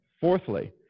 Fourthly